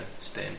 stay